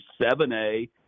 7a